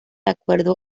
acuerdo